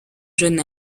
jeune